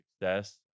success